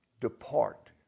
depart